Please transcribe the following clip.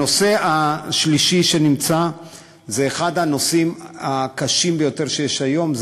הנושא השלישי הוא אחד הנושאים הקשים ביותר שיש היום,